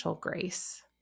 grace